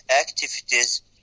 activities